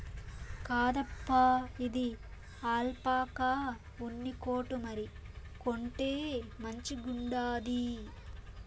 కాదప్పా, ఇది ఆల్పాకా ఉన్ని కోటు మరి, కొంటే మంచిగుండాది